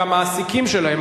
והמעסיקים שלהם?